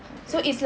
okay